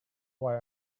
why